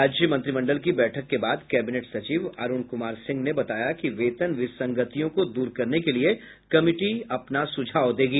राज्य मंत्रिमंडल की बैठक के बाद कैबिनेट सचिव अरूण कुमार सिंह ने बताया कि वेतन विसंगतियों को दूर करने के लिए कमिटी अपना सुझाव देगी